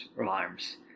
alarms